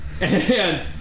And-